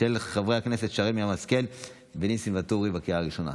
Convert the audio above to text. של חבר הכנסת ניסים ואטורי, בקריאה הראשונה.